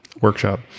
workshop